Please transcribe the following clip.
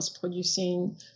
producing